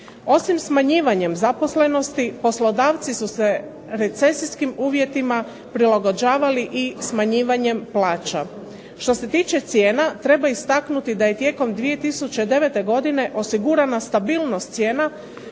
Osim smanjivanjem zaposlenosti poslodavci su se recesijskim uvjetima prilagođavali i smanjivanjem plaća. Što se tiče cijena treba istaknuti da je tijekom 2009. godine osigurana stabilnost cijena